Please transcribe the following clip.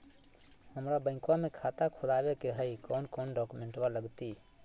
हमरा बैंकवा मे खाता खोलाबे के हई कौन कौन डॉक्यूमेंटवा लगती?